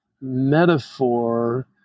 metaphor